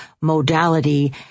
modality